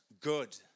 good